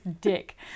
dick